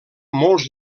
molts